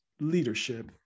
leadership